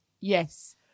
Yes